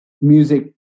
music